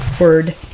word